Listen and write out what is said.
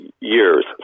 Years